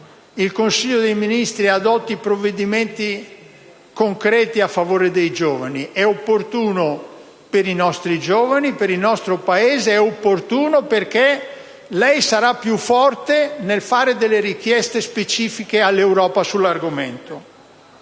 il Consiglio dei ministri adotti provvedimenti concreti a favore dei giovani; è opportuno per i nostri giovani e per il nostro Paese ed è opportuno perché lei sarà più forte nel fare delle richieste specifiche all'Europa sull'argomento.